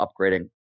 upgrading